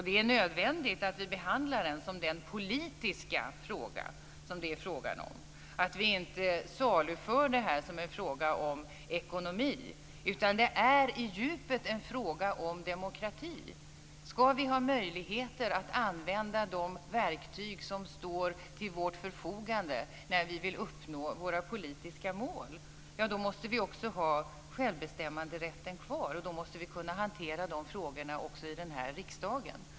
Det är nödvändigt att vi behandlar den som den politiska fråga den är. Vi får inte saluföra detta som en fråga om ekonomi, utan det är i djupet en fråga om demokrati. Ska vi ha möjligheter att använda de verktyg som står till vårt förfogande när vi vill uppnå våra politiska mål så måste vi också ha självbestämmanderätten kvar. Då måste vi kunna hantera de frågorna också i denna riksdag.